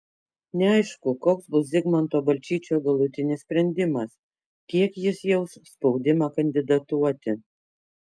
neaišku koks bus zigmanto balčyčio galutinis sprendimas kiek jis jaus spaudimą kandidatuoti